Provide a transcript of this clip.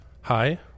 Hi